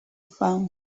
phone